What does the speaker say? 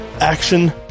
action